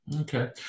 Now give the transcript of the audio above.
Okay